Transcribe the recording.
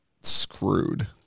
screwed